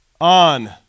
on